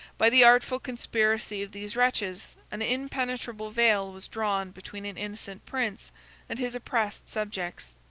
by the artful conspiracy of these wretches, an impenetrable veil was drawn between an innocent prince and his oppressed subjects,